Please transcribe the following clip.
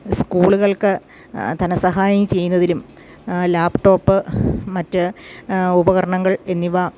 സ്കൂളുകൾക്ക് ധനസഹായം ചെയ്യുന്നതിലും ലാപ്ടോപ്പ് മറ്റു ഉപകരണങ്ങൾ എന്നിവ